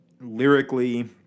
Lyrically